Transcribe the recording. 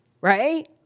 Right